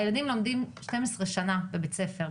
הילדים לומדים 12 שנים בבית ספר.